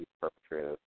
Perpetrators